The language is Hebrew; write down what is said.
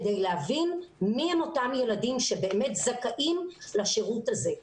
כדי להבין מיהם אותם ילדים שבאמת זכאים לשירות הזה.